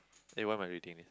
eh why am I reading this